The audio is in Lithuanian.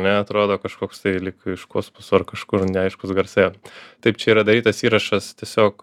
na atrodo kažkoks tai lyg iš kosmoso ar kažkur neaiškūs garsai taip čia yra darytas įrašas tiesiog